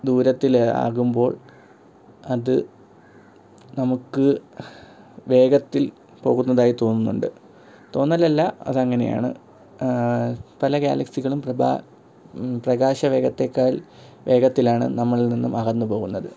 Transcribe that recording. ദൂരത്തിൽ ആകുമ്പോൾ അത് നമുക്ക് വേഗത്തിൽ പോകുന്നതായി തോന്നുന്നുണ്ട് തോന്നലല്ല അതങ്ങനെയാണ് പല ഗാലക്സികളും പ്രഭാ പ്രകാശ വേഗത്തേക്കാൾ വേഗത്തിലാണ് നമ്മളിൽ നിന്നും അകന്ന് പോകുന്നത്